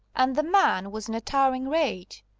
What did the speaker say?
and the man was in a towering rage.